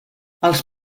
els